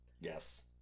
yes